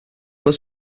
fois